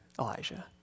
Elijah